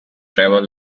travel